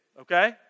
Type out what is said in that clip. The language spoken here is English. okay